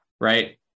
Right